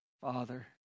Father